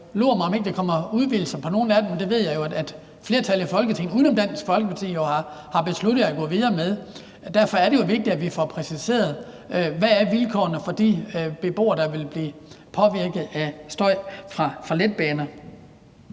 lur mig, om ikke der kommer udvidelser på nogle af dem, for det ved jeg jo at flertallet i Folketinget uden om Dansk Folkeparti har besluttet at gå videre med. Derfor er det jo vigtigt, at vi får præciseret, hvad vilkårene er for de beboere, der vil blive påvirket af støj fra letbaner.